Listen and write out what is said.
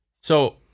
So-